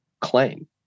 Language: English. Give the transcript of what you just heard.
claim